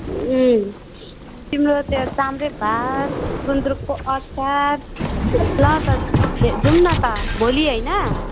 तिम्रो त्यहाँ चाम्रे भात गुन्द्रुकको अचार ल त ज् जाऔँ न त भोलि हैन